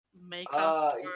makeup